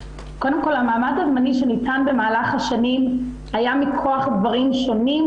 קודם כל המעמד הזמני שניתן במהלך השנים היה מכוח דברים שונים,